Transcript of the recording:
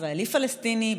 ישראלי-פלסטיני,